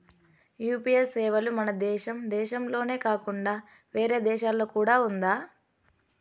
UPI సేవలు మన దేశం దేశంలోనే కాకుండా వేరే దేశాల్లో కూడా ఉందా?